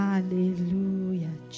Hallelujah